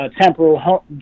temporal